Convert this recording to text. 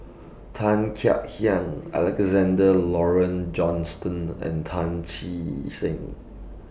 Tan Kek Hiang Alexander Laurie Johnston and Tan Che Sang